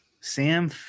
Sam